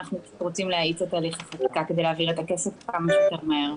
אנחנו רוצים להאיץ את הליך החקיקה כדי להעביר את הכסף כמה שיותר מהר.